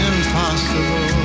Impossible